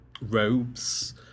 robes